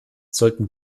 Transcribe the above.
sollten